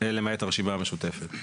למעט הרשימה המשותפת.